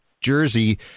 jersey